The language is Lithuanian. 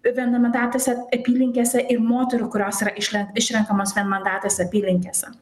vienmandatėse apylinkėse ir moterų kurios yra išlen išrenkamos vienmandatėse apylinkėse